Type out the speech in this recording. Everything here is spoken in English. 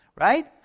right